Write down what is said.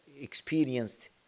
experienced